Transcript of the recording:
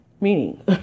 Meaning